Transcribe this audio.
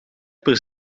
per